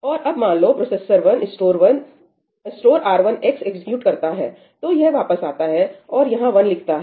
और अब मान लो processor 1 store R1 X execute करता है तो यह वापस आता है और यहां 1 लिखता है